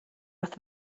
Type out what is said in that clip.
wrth